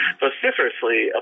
vociferously